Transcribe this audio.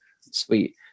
sweet